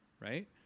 right